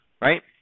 right